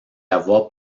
avoir